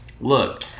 Look